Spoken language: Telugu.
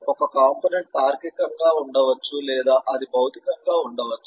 ఒక కంపోనెంట్ తార్కికంగా ఉండవచ్చు లేదా అది భౌతికంగా ఉండవచ్చు